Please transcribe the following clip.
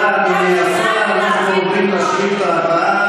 לא תוקפים אף אחד.